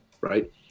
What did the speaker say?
right